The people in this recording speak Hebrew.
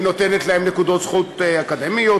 היא נותנת להם נקודות זכות אקדמיות,